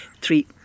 three